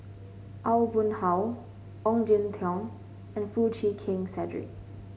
Aw Boon Haw Ong Jin Teong and Foo Chee Keng Cedric